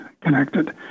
connected